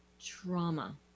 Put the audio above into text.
trauma